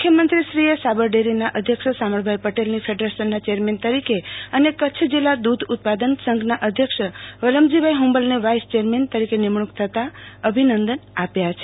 મુખ્યમંત્રીએ સાબરડેરીનાં અધ્યક્ષ શામળભાઈ પટેલની ફેડરેશનનાં ચેરમેન તરીકે અને કરછ જીલ્લા દૂધ ઉત્પાદન સંઘનાં અધ્યક્ષ વલમજીભાઈ હુંબલને વાઈસ ચેરમેન તરીકે નિમણુક થતા અભિનંદન આપ્યા છે